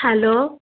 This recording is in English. hello